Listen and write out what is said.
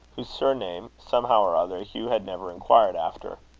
whose surname, somehow or other, hugh had never inquired after.